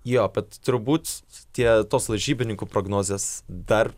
jo bet turbūt tie tos lažybininkų prognozės dar